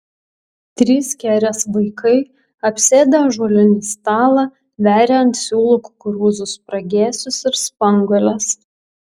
trys kerės vaikai apsėdę ąžuolinį stalą veria ant siūlų kukurūzų spragėsius ir spanguoles